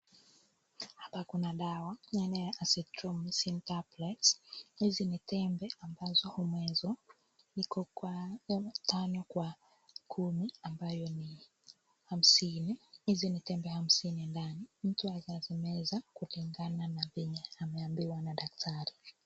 Hapa kuna dawa aina Azithromycin tablets . Hizi ni tembe ambazo humezwa. Iko kwa tano kwa kumi ambayo ni hamsini. Hizi ni tembe hamsini ndani. Mtu anazimeza kulingana na venye ameambiwa na daktari.